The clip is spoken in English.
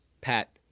Pat